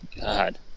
God